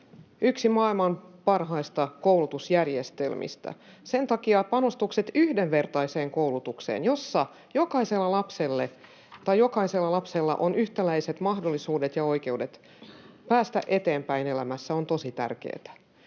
yksi maailman parhaista koulutusjärjestelmistä. Sen takia panostukset yhdenvertaiseen koulutukseen, jossa jokaisella lapsella on yhtäläiset mahdollisuudet ja oikeudet päästä eteenpäin elämässä, ovat tosi tärkeitä.